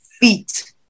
feet